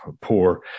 poor